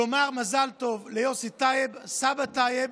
לומר מזל טוב ליוסי טייב, סבא טייב,